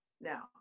Now